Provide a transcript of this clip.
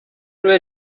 were